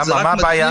למה, מה הבעיה?